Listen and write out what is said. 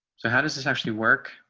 so how does this actually work.